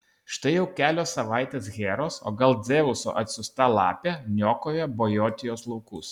štai jau kelios savaitės heros o gal dzeuso atsiųsta lapė niokoja bojotijos laukus